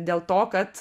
dėl to kad